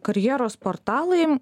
karjeros portalai